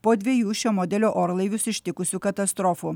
po dviejų šio modelio orlaivius ištikusių katastrofų